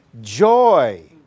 joy